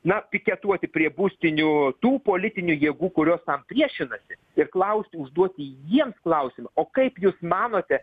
na piketuoti prie būstinių tų politinių jėgų kurios tam priešinasi ir klausti užduoti jiems klausimą o kaip jūs manote